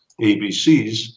ABCs